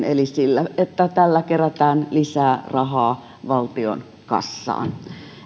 eli sillä että tällä kerätään lisää rahaa valtion kassaan